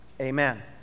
Amen